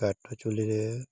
କାଠ ଚୁଲିରେ